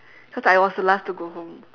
cause I was the last to go home